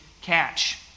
catch